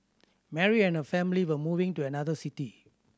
Mary and her family were moving to another city